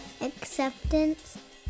acceptance